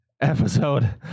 episode